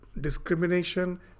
discrimination